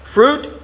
Fruit